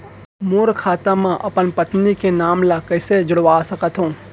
मोर खाता म अपन पत्नी के नाम ल कैसे जुड़वा सकत हो?